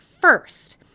first